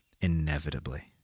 Inevitably